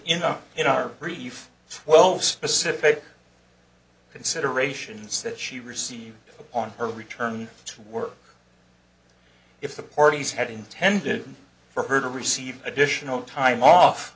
up in our brief twelve specific considerations that she received on her return to work if the parties had intended for her to receive additional time off